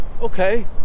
okay